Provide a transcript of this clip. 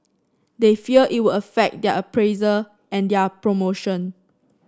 they fear it will affect their appraisal and their promotion